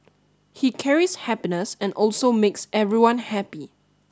he carries happiness and also makes everyone happy